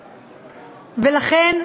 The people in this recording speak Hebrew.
לכן,